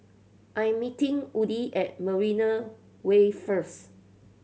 I am meeting Woody at Marina Way first